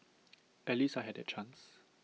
at least I had that chance